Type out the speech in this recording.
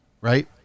right